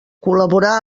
col·laborar